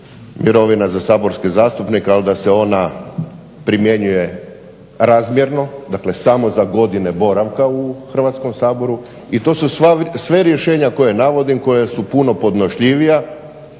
mirovina za saborske zastupnike, ali da se ona primjenjuje razmjerno, dakle samo za godine boravka u Hrvatskom saboru. I to su sve rješenja koja navodim koja su puno podnošljivija,